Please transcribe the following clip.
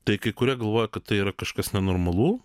tai kai kurie galvoja kad tai yra kažkas nenormalu